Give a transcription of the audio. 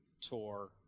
tour